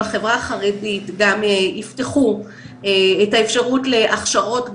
בחברה החרדית גם ייפתחו את האפשרות להכשרות גם,